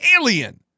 alien